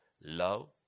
love